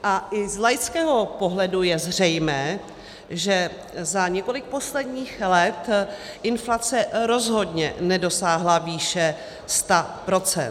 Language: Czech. I z laického pohledu je zřejmé, že za několik posledních let inflace rozhodně nedosáhla výše 100 %.